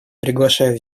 приглашаю